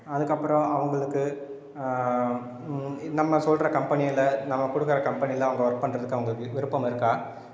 அதுக்கப்புறம் அவங்களுக்கு நம்ம சொல்கிற கம்பெனியில் நம்ம கொடுக்கற கம்பெனியில் அவங்க ஒர்க் பண்ணுறதுக்கு அவங்களுக்கு விருப்பம் இருக்கா